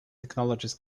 technologies